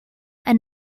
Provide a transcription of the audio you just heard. and